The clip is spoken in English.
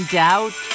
doubt